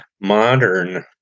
modern